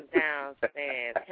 downstairs